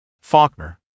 Faulkner